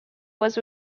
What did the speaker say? was